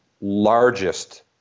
largest